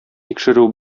тикшерү